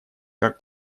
как